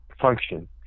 function